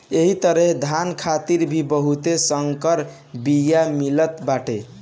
एही तरहे धान खातिर भी बहुते संकर बिया मिलत बाटे